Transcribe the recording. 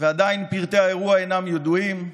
ועדיין פרטי האירוע אינם ידועים.